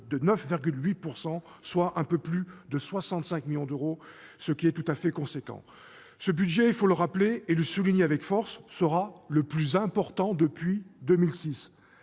de 9,8 %, représentant un peu plus de 65 millions d'euros, ce qui est tout à fait substantiel. Ce budget- il faut le rappeler et le souligner avec force -sera le plus important depuis 2006.